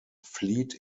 fleet